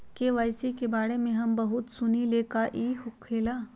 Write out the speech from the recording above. KYC के बारे में हम बहुत सुनीले लेकिन इ का होखेला?